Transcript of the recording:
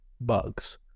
bugs